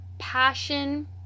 passion